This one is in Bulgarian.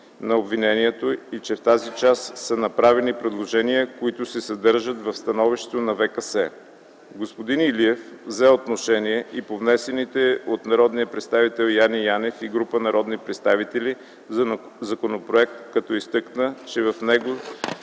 на обвинението и че в тази част са направени предложения, които се съдържат в становището на Висшия касационен съд. Господин Илиев взе отношение и по внесения от народния представител Яне Янев и група народни представители законопроект, като изтъкна, че в него